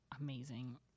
amazing